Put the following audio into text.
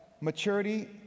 maturity